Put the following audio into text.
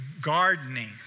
Gardening